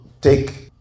take